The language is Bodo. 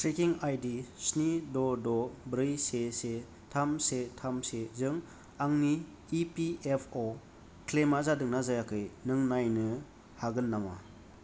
ट्रेकिं आइडि स्नि द' द' ब्रै से से थाम से थाम से जों आंनि इ पि एफ अ क्लेइमा जादोंना जायाखै नों नायनो हागोन नामा